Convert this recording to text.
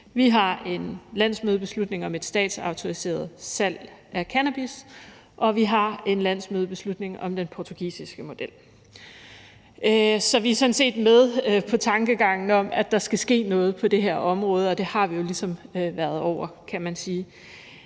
Vi har en landsmødebeslutning om et statsautoriseret salg af cannabis, og vi har en landsmødebeslutning om den portugisiske model. Så vi er sådan set med på tankegangen om, at der skal ske noget på det her område, og det har vi jo ligesom været inde over, kan man sige.